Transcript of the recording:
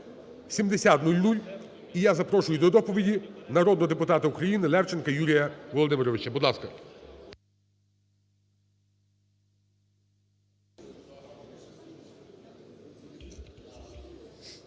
7000. І я запрошую до доповіді народного депутата України Левченка Юрія Володимировича. Будь ласка.